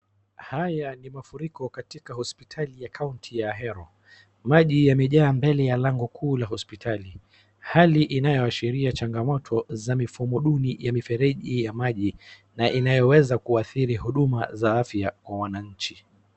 Haya ni mafuriko katika hospitali ya kaunti ya Ahero, maji yamejaa mbele ya lango kuu la hospitali. Hali inayoashiria changamoto ya mifumoduni ya mifereji ya maji n inayoweza kuathiri huduma za afya kwa wananchi.